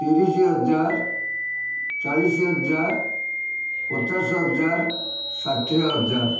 ତିରିଶ ହଜାର ଚାଳିଶ ହଜାର ପଚାଶ ହଜାର ଷାଠିଏ ହଜାର